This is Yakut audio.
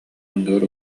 анныгар